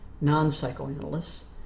non-psychoanalysts